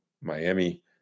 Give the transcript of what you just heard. Miami